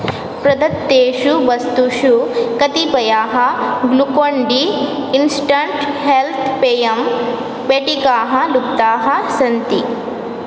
प्रदत्तेषु वस्तुषु कतिपयाः ग्लूकोन् डी इन्स्टण्ट् हेल्त् पेयम् पेटिकाः लुप्ताः सन्ति